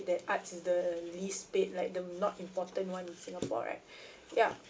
that art is the least paid like the not important one in singapore right ya